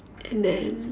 and then